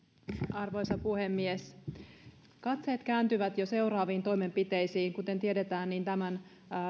arvoisa puhemies katseet kääntyvät jo seuraaviin toimenpiteisiin kuten tiedetään tämän